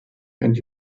and